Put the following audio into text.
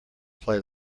play